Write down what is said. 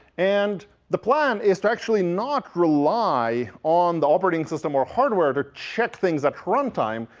and the plan is actually not rely on the operating system or hardware to check things at runtime,